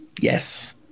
Yes